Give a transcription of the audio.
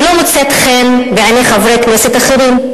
שלא מוצאת חן בעיני חברי כנסת אחרים.